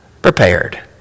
prepared